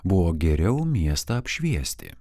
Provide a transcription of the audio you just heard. buvo geriau miestą apšviesti